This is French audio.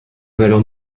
valeur